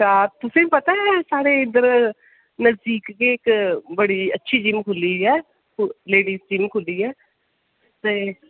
आं तुसें ई पता ऐ साढ़े इद्धर नजदीक गै इद्धर इक्क बड़ी अच्छी जिम खुल्ली दी ऐ ओह् लेडीज़ जिम खुल्ली ऐ ते